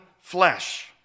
flesh